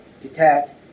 detect